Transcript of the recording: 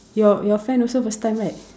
your your friend also first time right